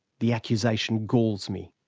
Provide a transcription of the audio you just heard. the accusation galls me.